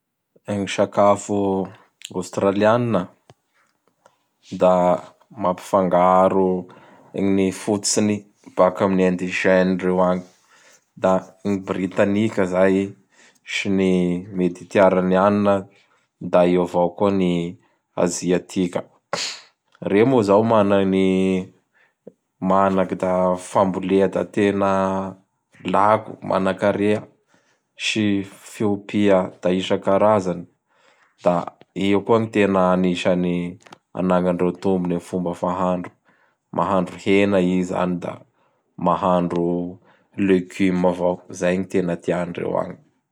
Gn sakafo Australianina; da mampifangaro gny fototsiny baka am indizeny reo agny; da gny Britanika zay sy ny Mediteranianina da eo avako ny Aziatika. Reo moa zao mana-ny-mana-gn da fambolea da tena lako, manakarea sy fiopia da isa-karazany. Da io koa gn tena anisany anagnandreo tombony am fomba fahandro. Mahandro hena i zany da mahandro leguma avao ko. Zay gn tena tiandreo agny.